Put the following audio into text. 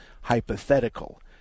hypothetical